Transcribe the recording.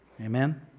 Amen